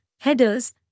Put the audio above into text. headers